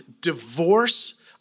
divorce